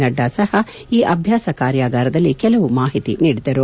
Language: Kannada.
ನಡ್ಡಾ ಸಪ ಈ ಅಭ್ಯಾಸ ಕಾರ್ಯಾಗಾರದಲ್ಲಿ ಕೆಲವು ಮಾಹಿತಿ ನೀಡಿದರು